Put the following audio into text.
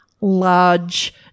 large